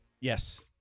Yes